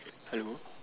hello